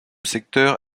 secteur